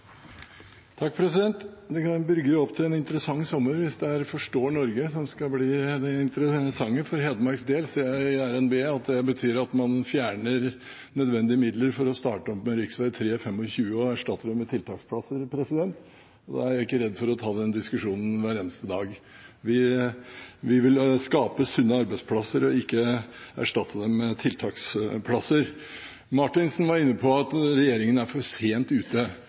Norge» som skal bli det interessante. For Hedmarks del ser jeg i RNB at det betyr at man fjerner nødvendige midler for å starte opp med rv. 325 og erstatte det med tiltaksplasser. Da er jeg ikke redd for å ta den diskusjonen hver eneste dag. Vi vil skape sunne arbeidsplasser og ikke erstatte dem med tiltaksplasser. Marthinsen var inne på at regjeringen er for sent ute.